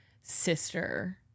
sister